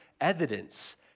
evidence